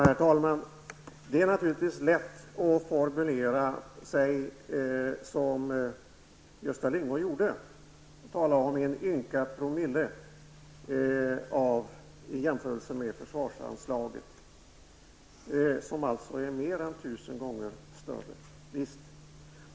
Herr talman! Det är naturligtvis lätt att formulera sig som Gösta Lyngå gjorde -- tala om en ynka promille i jämförelse med försvarsanslaget, som alltså är mer än tusen gånger större.